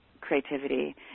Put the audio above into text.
creativity